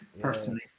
personally